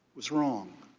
was wrong.